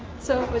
so